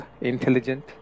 intelligent